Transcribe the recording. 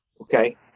Okay